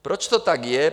Proč to tak je?